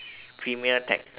premier taxi